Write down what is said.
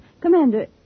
Commander